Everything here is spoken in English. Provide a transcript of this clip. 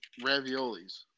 raviolis